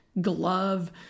glove